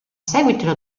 seguito